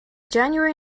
january